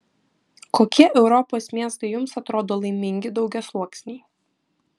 kokie europos miestai jums atrodo laimingi daugiasluoksniai